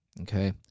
Okay